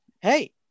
Hey